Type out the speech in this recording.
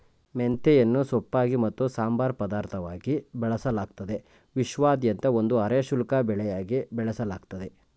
ಮೆಂತೆಯನ್ನು ಸೊಪ್ಪಾಗಿ ಮತ್ತು ಸಂಬಾರ ಪದಾರ್ಥವಾಗಿ ಬಳಸಲಾಗ್ತದೆ ವಿಶ್ವಾದ್ಯಂತ ಒಂದು ಅರೆ ಶುಷ್ಕ ಬೆಳೆಯಾಗಿ ಬೆಳೆಸಲಾಗ್ತದೆ